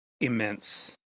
immense